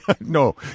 No